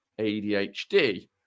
ADHD